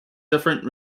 different